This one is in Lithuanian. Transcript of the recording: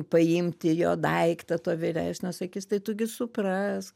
paimti jo daiktą to vyresnio sakys tai tu gi suprask